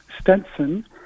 Stenson